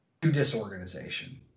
disorganization